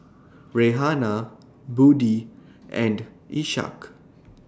Raihana Budi and Ishak